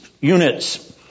units